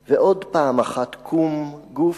העלם!/ ועוד פעם אחת קום, גוף,